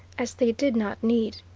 as they did not need.